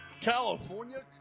California